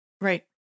Right